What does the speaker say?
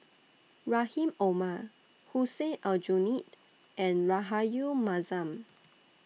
Rahim Omar Hussein Aljunied and Rahayu Mahzam